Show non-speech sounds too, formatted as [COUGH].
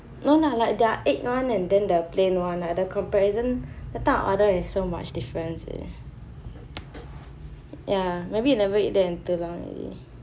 no lah like their egg one and then the plain one right the comparison that time I order there's much difference eh [BREATH] ya maybe never eat there in too long already